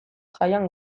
jaian